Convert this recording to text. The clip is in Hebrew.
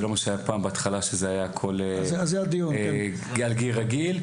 זה לא מה שהיה פעם בהתחלה שזה היה הכול גיר רגיל.